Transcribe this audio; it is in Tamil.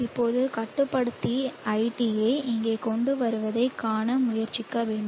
இப்போது கட்டுப்படுத்தி iT யை இங்கே கொண்டு வருவதைக் காண முயற்சிக்க வேண்டும்